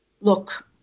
look